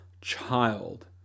child